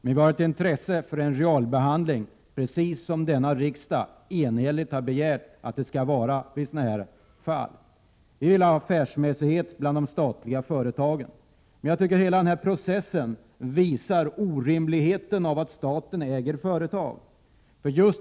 Vi är däremot intresserade av att få en realbehandling av denna fråga, så som denna riksdag har begärt att det skall vara i sådana här fall. Vi vill ha affärsmässighet hos de statliga företagen. Hela denna process visar orimligheten i att staten äger företag.